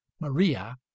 Maria